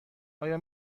آیا